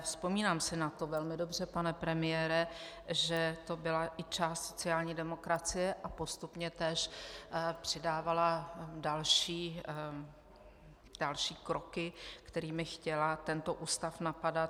Vzpomínám si na to velmi dobře, pane premiére, že to byla i část sociální demokracie a postupně též přidávala další kroky, kterými chtěla tento ústav napadat.